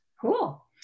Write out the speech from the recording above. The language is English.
Cool